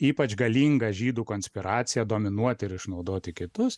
ypač galingą žydų konspiraciją dominuoti ir išnaudoti kitus